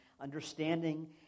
understanding